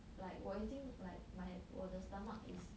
like 我已经 like my 我的 stomach is